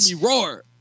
roar